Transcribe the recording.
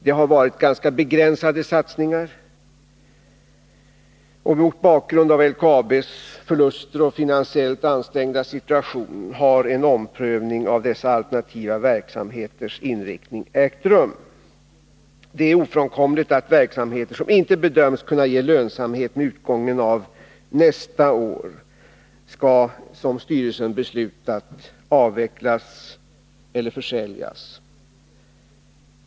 Dessa satsningar har hittills varit begränsade, och mot bakgrund av LKAB:s förluster och finansiellt ansträngda situation har en omprövning av dessa alternativa verksamheters inriktning ägt rum. Det är ofrånkomligt att verksamheter som inte bedöms kunna ge lönsamhet med utgången av nästa år, enligt styrelsens beslut, avvecklas eller försäljs.